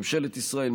ממשלת ישראל,